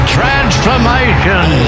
transformation